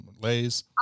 Lay's